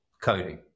coding